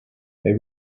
they